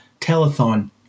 telethon